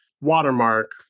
watermark